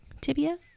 Tibia